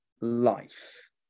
life